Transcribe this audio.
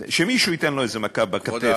אדוני השר, שמישהו ייתן לו איזו מכה בכתף.